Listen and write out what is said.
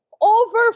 Over